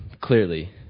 Clearly